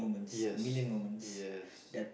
yes yes